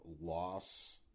loss